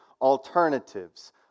alternatives